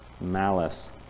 malice